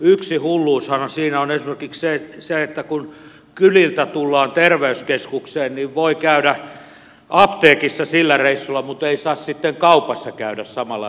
yksi hulluushan siinä on esimerkiksi se että kun kyliltä tullaan terveyskeskukseen niin voi käydä apteekissa sillä reissulla mutta ei saa sitten kaupassa käydä samalla reissulla